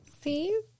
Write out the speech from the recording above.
See